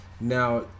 Now